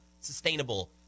sustainable